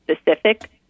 specific